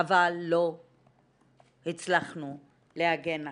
אבל לא הצלחנו להגן עליהן.